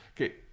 Okay